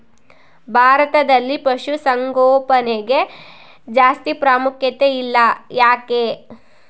ಭಾರತದಲ್ಲಿ ಪಶುಸಾಂಗೋಪನೆಗೆ ಜಾಸ್ತಿ ಪ್ರಾಮುಖ್ಯತೆ ಇಲ್ಲ ಯಾಕೆ?